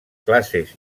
classes